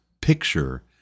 picture